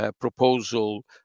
proposal